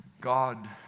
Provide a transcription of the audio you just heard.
God